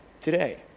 today